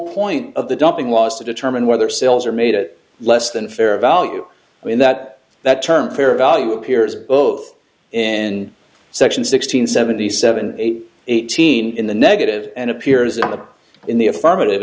point of the dumping was to determine whether silver made it less than fair value i mean that that term fair value appears both in section six hundred seventy seven eighteen in the negative and appears in the in the affirmative